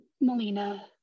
Melina